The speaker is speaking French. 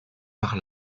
par